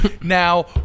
Now